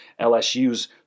LSU's